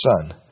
son